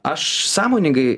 aš sąmoningai